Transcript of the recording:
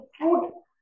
food